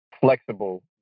flexible